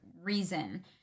reason